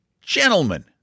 Gentlemen